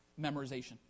memorization